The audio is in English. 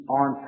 on